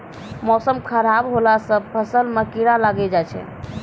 मौसम खराब हौला से फ़सल मे कीड़ा लागी जाय छै?